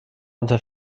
unter